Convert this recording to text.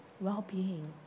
well-being